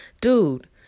dude